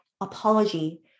apology